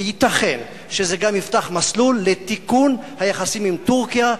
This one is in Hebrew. וייתכן שזה גם יפתח מסלול לתיקון היחסים עם טורקיה,